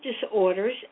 disorders